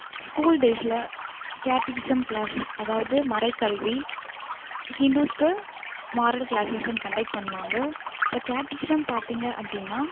school டேஸில் catechism class அதாவது மறைகல்வி ஹிண்டூஸுக்கு மாரல் கிளாஸஸ்ன்னு கண்டெக்ட் பண்ணுவாங்க இப்போ கேட்டிகிஸம் பார்த்தீங்க அப்படீன்னா